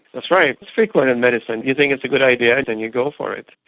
that's right, it's frequent in medicine. you think it's a good idea and then you go for it.